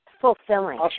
Fulfilling